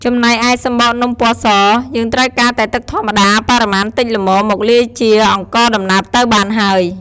ចំណែកឯ សំបកនំពណ៌ស យើងត្រូវការតែទឹកធម្មតា បរិមាណតិចល្មមមកលាយជាអង្ករដំណើបទៅបានហើយ។